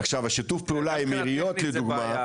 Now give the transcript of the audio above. עכשיו השיתוף פעולה עם העיריות לדוגמא,